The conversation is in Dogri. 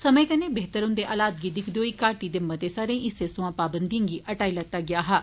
समे कन्नै बेहतर हुन्दे हालात गी दिक्खदे होई घाटी दे मते सारे हिस्से सोया पाबंदिए गी हटाई लैता गेआ हा